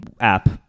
app